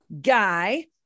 guy